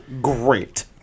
great